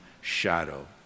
shadow